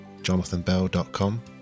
jonathanbell.com